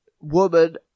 woman